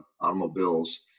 automobiles